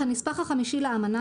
הספנות והנמלים,